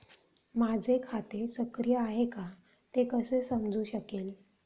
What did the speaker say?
माझे खाते सक्रिय आहे का ते कसे समजू शकेल?